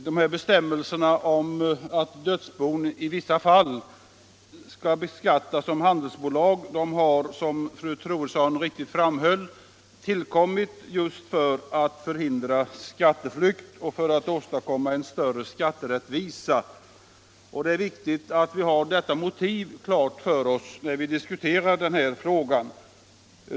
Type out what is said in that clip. Herr talman! Bestämmelserna om att dödsbon i vissa fall skall beskattas som handelsbolag har, som fru Troedsson framhöll, tillkommit just för att hindra skatteflykt och för att åstadkomma en större skatterättvisa. Det är viktigt att vi har detta motiv klart för oss när vi diskuterar den här frågan.